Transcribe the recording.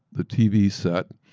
the tv set,